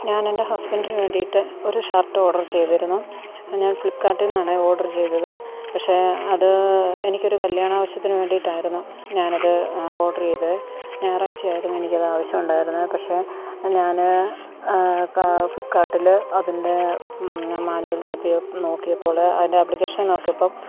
ഞാൻ എൻ്റെ ഹസ്ബൻഡിന് വേണ്ടിയിട്ട് ഒരു ഷർട്ട് ഓർഡറ് ചെയ്തിരുന്നു ഞാൻ ഫ്ളിപ്കാർട്ടിന്നാണേ ഓർഡറ് ചെയ്തത് പക്ഷേ അത് എനിക്കൊര് കല്യാണ ആവശ്യത്തിന് വേണ്ടിയിട്ടായിരന്നു ഞാനത് ഓർഡറ് ചെയ്ത ഞായറാഴ്ച ആയിരുന്നു എനിക്കത് ആവശ്യമുണ്ടായിരുന്നെ പക്ഷേ ഞാന് ഫ്ളിപ്കാർട്ടില് അതിൻ്റെ മാനുവൽ തപ്പി നോക്കിയപ്പോള് അതിൻ്റെ ആപ്ലിക്കേഷൻ നോക്കിയപ്പം